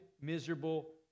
miserable